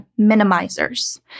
minimizers